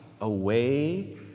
away